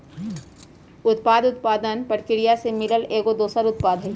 उपोत्पाद उत्पादन परकिरिया से मिलल एगो दोसर उत्पाद हई